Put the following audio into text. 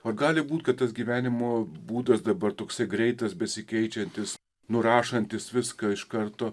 o gali būt kad tas gyvenimo būdas dabar toksai greitas besikeičiantis nurašantis viską iš karto